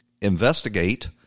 investigate